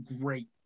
great